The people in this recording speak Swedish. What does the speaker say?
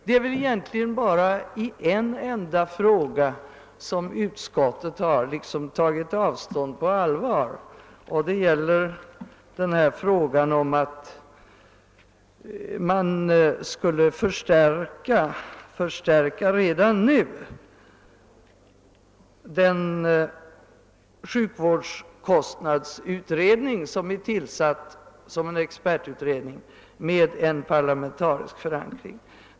Det är egentligen bara i en enda fråga som utskottet har tagit avstånd, nämligen frågan om att man redan nu skulle förstärka den sjukvårdskostnadsutredning, som är tillsatt som en expertutredning, med en parlamentarisk förankring.